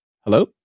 Hello